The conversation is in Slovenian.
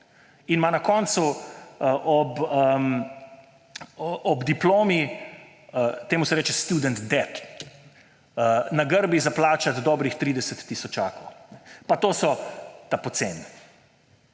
In ima na koncu ob diplomi, temu se reče student debt, na grbi za plačati dobrih 30 tisočakov. Pa to so ta poceni